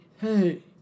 hey